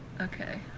okay